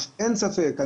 אין ספק.